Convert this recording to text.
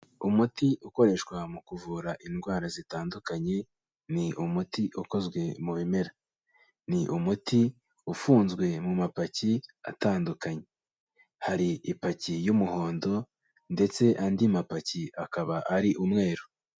Umuti ukoreshwa mu kuvura indwara zitandukanye, ni umuti ukozwe mu bimera. Ni umuti ufunzwe mu mapaki atandukanye. Hari ipaki y'umuhondo ndetse andi mapaki akaba ari umweru.